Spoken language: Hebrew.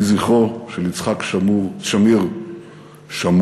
יהי זכרו של יצחק שמיר שמור,